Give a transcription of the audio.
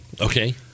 Okay